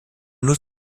nur